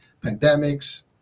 pandemics